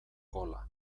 gola